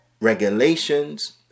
regulations